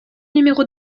numéro